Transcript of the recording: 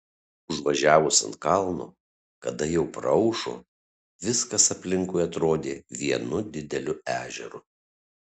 užvažiavus ant kalno kada jau praaušo viskas aplinkui atrodė vienu dideliu ežeru